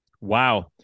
Wow